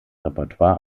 repertoire